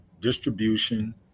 distribution